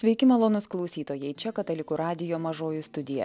sveiki malonūs klausytojai čia katalikų radijo mažoji studija